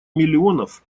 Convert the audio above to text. миллионов